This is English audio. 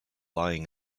lying